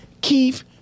Keith